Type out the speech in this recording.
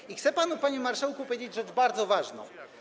I chcę panu, panie marszałku, powiedzieć rzecz bardzo ważną.